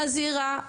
מזהירה,